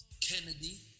Kennedy